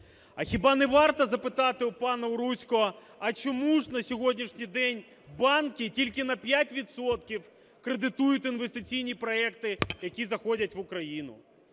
А хіба не варто запитати у пана Уруського, а чому ж на сьогоднішній день банки тільки на 5 відсотків кредитують інвестиційні проекти, які заходять в Україну?